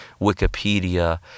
Wikipedia